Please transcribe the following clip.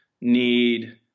need